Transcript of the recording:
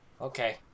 Okay